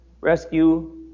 rescue